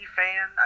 fan